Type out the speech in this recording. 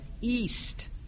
east